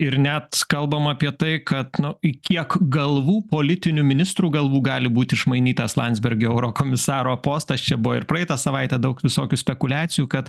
ir net kalbama apie tai kad nu į kiek galvų politinių ministrų galvų gali būti išmainytas landsbergio eurokomisaro postas čia buvo ir praeitą savaitę daug visokių spekuliacijų kad